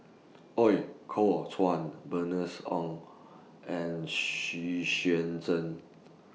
Ooi Kok Chuen Bernice Ong and Xu Xuan Zhen